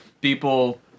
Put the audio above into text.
People